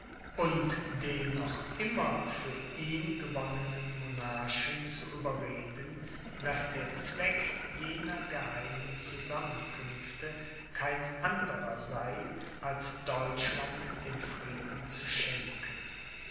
und dennoch immer für ihn gewonnenen monarchen zu überreden daß der zweck jener geheimen zusammenkünfte kein anderer sei als deutschland den frieden zu schenken